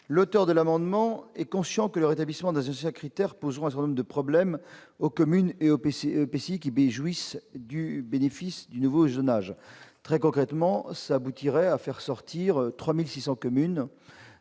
l'auteur de l'amendement est conscient que le rétablissement de critère posera de problèmes aux communes et aux PC, PC Kiber jouissent du bénéfice du nouveau zonage très concrètement ça aboutirait à faire sortir 3600 communes